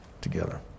together